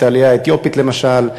את העלייה האתיופית, למשל,